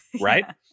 Right